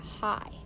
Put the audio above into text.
high